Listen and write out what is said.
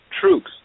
troops